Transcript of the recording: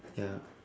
ya